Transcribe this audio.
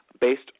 based